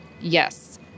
Yes